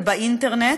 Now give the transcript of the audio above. זה באינטרנט,